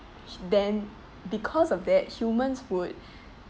then because of that humans would